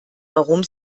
warum